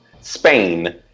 Spain